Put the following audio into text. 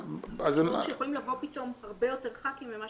למרות שיכולים לבוא פתאום הרבה יותר ח"כים ממה